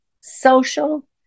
social